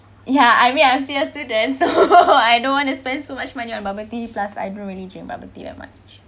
ya I mean I'm still a student so I don't want to spend so much money on bubble tea plus I don't really drink bubble tea that much